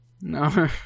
No